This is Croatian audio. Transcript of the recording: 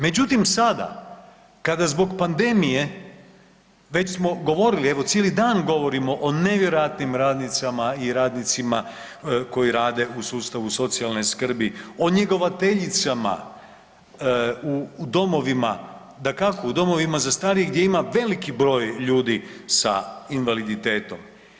Međutim sada kada zbog pandemije, već smo govorili, evo cijeli dan govorimo o nevjerojatnim radnicama i radnicima koji rade u sustavu socijalne skrbi, o njegovateljicama u domovima, dakako u domovima za starije gdje ima veliki broj ljudi sa invaliditetom.